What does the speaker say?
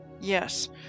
Yes